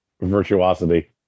virtuosity